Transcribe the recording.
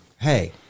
Hey